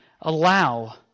allow